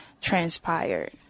transpired